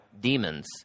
demons